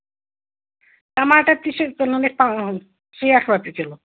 ٹماٹر تہِ چھِ کٕنان أسۍ شیٹھ رۄپیہِ کِلوٗ